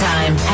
Time